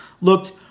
looked